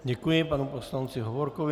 Děkuji panu poslanci Hovorkovi.